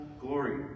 glory